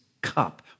cup